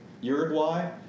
Uruguay